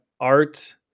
Art